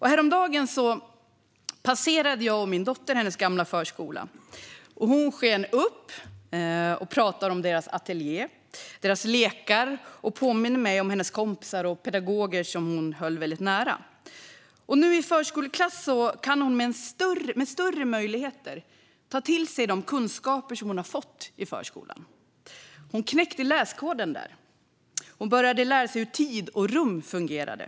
Häromdagen passerade jag och min dotter hennes gamla förskola. Hon sken upp och pratade om deras ateljé och deras lekar, och hon påminde mig om sina kompisar och pedagoger som hon höll väldigt nära. Nu i förskoleklass har hon större möjligheter att ta till sig de kunskaper som hon fått i förskolan. Hon knäckte läskoden där. Hon började lära sig hur tid och rum fungerade.